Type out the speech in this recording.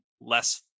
less